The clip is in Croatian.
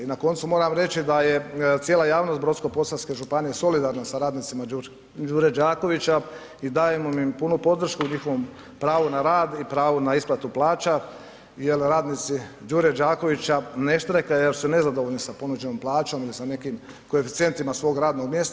I na koncu moram reći da je cijela javnost Brodsko-posavske županije solidarna sa radnicima Đure Đakovića i dajemo im punu podršku u njihovom pravu na rad i pravu na isplatu plaća jer radnici Đure Đakovića ne štrajkaju jer su nezadovoljni sa ponuđenom plaćom ili sa nekim koeficijentima svog radnog mjesta.